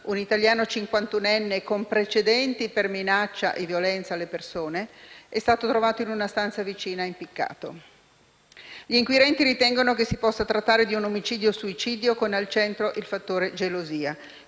un italiano cinquantunenne con precedenti per minaccia e violenza alle persone, è stato trovato in una stanza vicina, impiccato. Gli inquirenti ritengono che si possa trattare di un omicidio-suicidio con al centro il fattore gelosia.